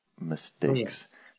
mistakes